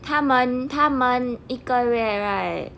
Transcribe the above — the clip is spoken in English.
他们他们一个月 right